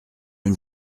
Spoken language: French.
une